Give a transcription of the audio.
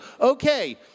Okay